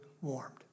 warmed